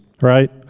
right